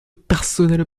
personnel